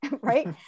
right